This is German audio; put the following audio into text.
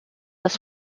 das